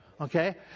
okay